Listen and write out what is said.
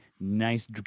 Nice